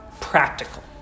practical